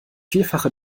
vierfache